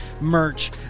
merch